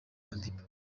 madiba